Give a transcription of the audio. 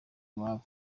iwabo